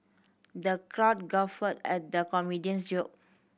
the crowd guffawed at the comedian's joke